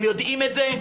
הם יודעים את זה,